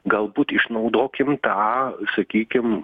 galbūt išnaudokim tą sakykim